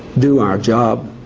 do our job,